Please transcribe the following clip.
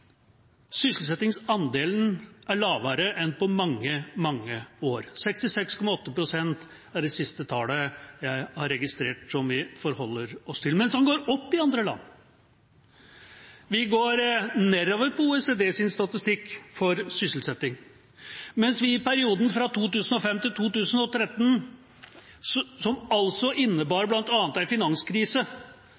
Sysselsettingsandelen er lavere enn på mange, mange år – 66,8 pst. er det siste tallet jeg har registrertsom vi forholder oss til – mens den går opp i andre land. Vi går nedover på OECDs statistikk for sysselsetting, mens vi i perioden fra 2005 til 2013, som altså